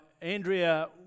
Andrea